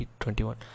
2021